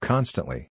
Constantly